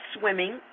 swimming